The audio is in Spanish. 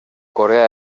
corea